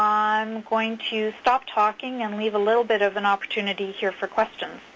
um i'm going to stop talking and leave a little bit of an opportunity here for questions.